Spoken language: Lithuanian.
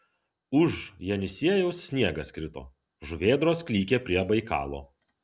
už jenisiejaus sniegas krito žuvėdros klykė prie baikalo